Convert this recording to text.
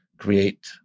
create